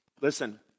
Listen